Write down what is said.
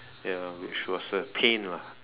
ya which was a pain lah